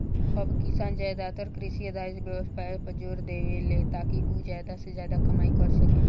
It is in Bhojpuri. अब किसान ज्यादातर कृषि आधारित व्यवसाय पर जोर देवेले, ताकि उ ज्यादा से ज्यादा कमाई कर सके